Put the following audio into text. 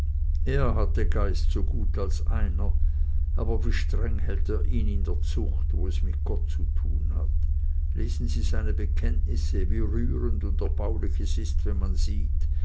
er hatte geist so gut als einer aber wie streng hält er ihn in der zucht wo er es mit gott zu tun hat lesen sie seine bekenntnisse wie rührend und erbaulich ist es wenn man sieht